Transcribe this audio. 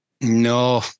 No